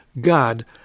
God